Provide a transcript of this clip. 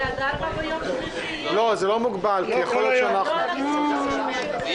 הישיבה ננעלה בשעה 15:17.